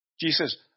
Jesus